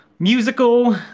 musical